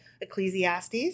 Ecclesiastes